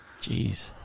Jeez